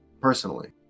personally